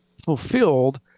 fulfilled